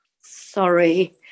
Sorry